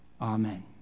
Amen